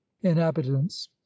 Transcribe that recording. inhabitants